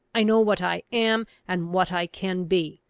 i know what i am, and what i can be.